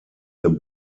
der